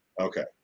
okay